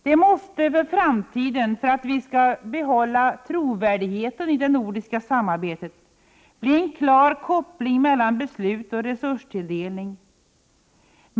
Det måste för framtiden bli en klar koppling mellan beslut och resurstilldelning, om vi skall kunna behålla trovärdigheten i det nordiska samarbetet.